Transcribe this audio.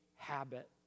habit